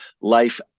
life